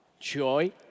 joy